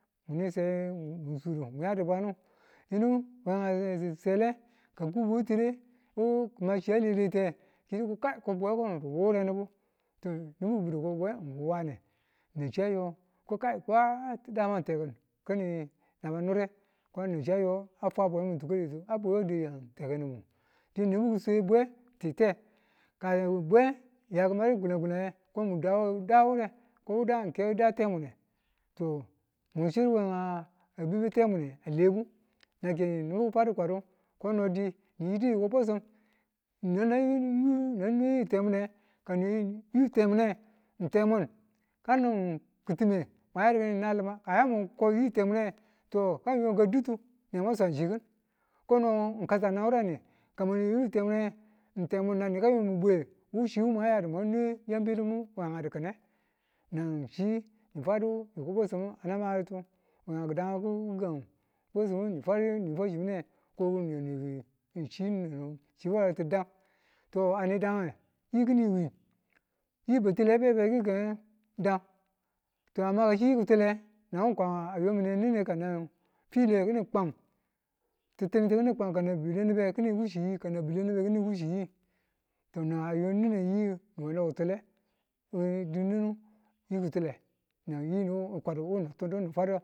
Mun sudu mu yadu bwanu yimu wenga se- sele kaku bweti̱re wukama chi alelete ki yidu ko kano bwewu wu wure nibu? to nibu ki̱bi̱du ko wu bwe wu nanchi a yo ko kai ngai tekin naba nure ko ng nan shiya a yo a fwa bwe mun mi̱n tukwalitu a bwewu a dau yem teki̱n ngu nibu kiswe bwe tite ka bwe kimadu kalankulan nge ko nda dawure ko wuda ng keda temune to kuswi chirwenga wu temune dinedu nibu ki fwadu kwadu ko nodi niyiko bwesim nan nwe temune ka mun ne temun kanin kitime mwaya na ma. Ka yamun koyi temune ka yo ka ditu ne mwan swanchikin kono mun kasan nan wureni kamwa mwebu ya temune temun nan ni ka yungin bwe wushi mwan yadu mwan nwen yam bilim we nga dikine nan chi ni fwadu ni ko bwesim anam maditu. Ki dan ngu bwesimu ni kwadu ni fwashi minde fwa yamu ko ninna nwebu chi dan yikini wiin yi battile abe ki kange dang to kagi yi katule nan wu kwama yomine nine kanan file kini kwang titunitu kini kwang kanan bi̱le nibe ki̱ni wuchi yi kanan bi̱le ni̱bu ki̱ning wushi yi to nan ayonine yi we lokitule wedin nunu yiki̱tule nan yiwu kwadu ni tundu na fwadu